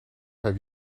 have